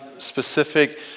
specific